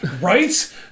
Right